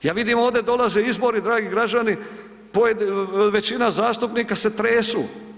Ja vidim ovdje dolaze izbori dragi građani, većina zastupnika se tresu.